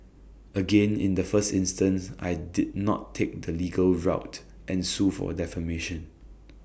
again in the first instance I did not take the legal route and sue for defamation